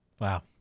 Wow